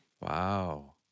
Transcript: Wow